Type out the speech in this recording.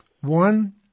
One